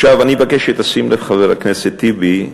אני מבקש שתשים לב, חבר הכנסת טיבי.